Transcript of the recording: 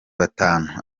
batanu